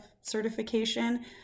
certification